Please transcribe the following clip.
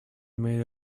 made